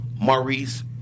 Maurice